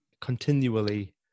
Continually